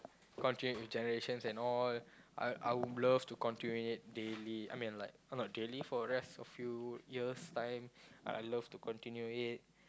continued with generations and all I I would love to continue it daily I mean like not daily for rest or few years time I love to continue it